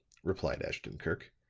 replied ashton-kirk.